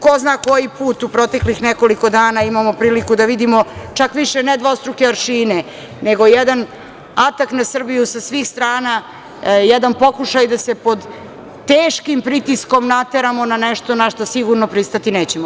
Ko zna koji put u proteklih nekoliko dana imamo priliku da vidimo, čak više ne dvostruke aršine, nego jedan atak na Srbiju sa svih strana, jedan pokušaj da se pod teškim pritiskom nateramo na nešto na šta sigurno pristati nećemo.